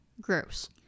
Gross